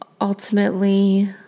ultimately